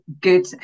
good